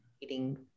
eating